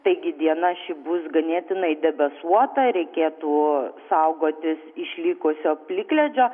taigi diena ši bus ganėtinai debesuota reikėtų saugotis išlikusio plikledžio